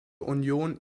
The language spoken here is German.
union